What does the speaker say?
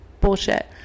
bullshit